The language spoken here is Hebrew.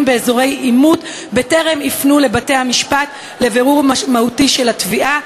באזורי עימות בטרם יפנו לבתי-המשפט לבירור משמעותי של התביעה.